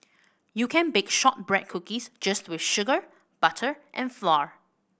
you can bake shortbread cookies just with sugar butter and flour